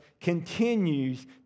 continues